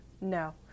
No